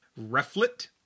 Rufflet